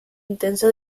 intenso